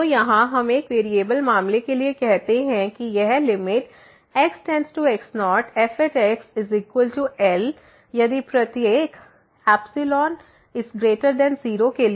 तो यहाँ हम एक वेरिएबल मामले के लिए कहते हैं कि यह x→x0fxL यदि प्रत्येक ϵ 0 के लिए